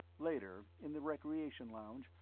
later, in the recreation lounge,